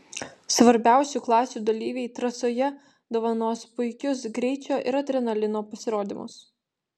svarbiausių klasių dalyviai trasoje dovanos puikius greičio ir adrenalino pasirodymus